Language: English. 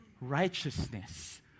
righteousness